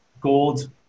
gold